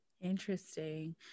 Interesting